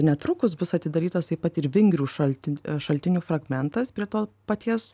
netrukus bus atidarytas taip pat ir vingrių šaltin šaltinių fragmentas prie to paties